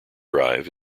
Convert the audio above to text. drive